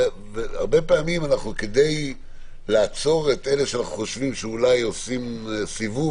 פעמים רבות כדי לעצור את אלה שאנחנו חושבים שאולי עושים סיבוב